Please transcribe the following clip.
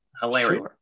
Hilarious